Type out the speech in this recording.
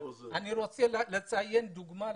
אני רוצה לתת דוגמה.